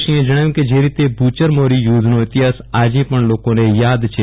સિંહે જણાવ્યું હતું કે જે રીતે ભૂચરમોરી યુદ્ધનો ઇતિહાસ આજે પણ લોકોને યાદ છે